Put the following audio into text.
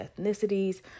ethnicities